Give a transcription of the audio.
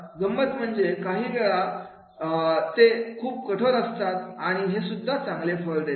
गंमत म्हणजे काही वेळ शाळा ते खूप कठोर असतात आणि हे सुद्धा चांगले फळ देते